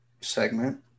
segment